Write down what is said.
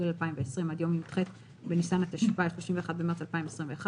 2020) עד יום י"ח בניסן התשפ"א (31 במרס 2021)